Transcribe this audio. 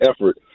effort